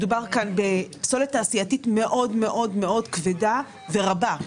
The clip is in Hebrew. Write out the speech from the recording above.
מדובר פה בפסולת תעשייתית מאוד-מאוד כבדה ורבה.